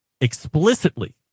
explicitly